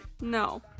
No